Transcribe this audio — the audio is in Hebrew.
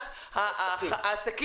שנדרש.